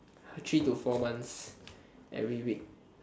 three to four months every week